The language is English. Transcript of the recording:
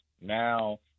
Now